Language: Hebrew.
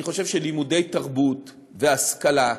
אני חושב שלימודי תרבות והשכלה,